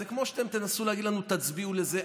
זה כמו שאתם תנסו להגיד לנו: תצביעו לזה.